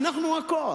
אנחנו הכוח.